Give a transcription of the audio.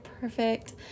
perfect